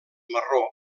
marró